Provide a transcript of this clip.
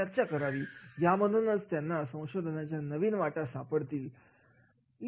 यामधूनच त्यांना संशोधनाच्या नवीन वाटा सापडतील